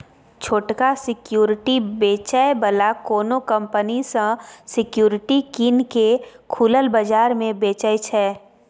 छोटका सिक्युरिटी बेचै बला कोनो कंपनी सँ सिक्युरिटी कीन केँ खुलल बजार मे बेचय छै